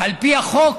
על פי החוק,